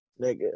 nigga